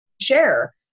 share